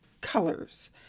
colors